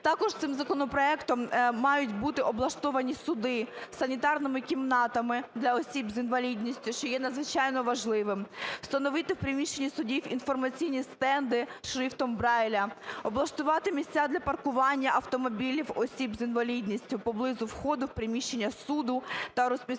Також цим законопроектом мають бути облаштовані суди санітарними кімнатами для осіб з інвалідністю, що є надзвичайно важливим. Встановити в приміщені судів інформаційні стенди шрифтом Брайля. Облаштувати місця для паркування автомобілів осіб з інвалідністю поблизу входу в приміщення суду та розмістити